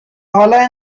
حالا